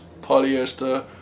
polyester